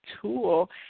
tool